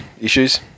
issues